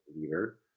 leader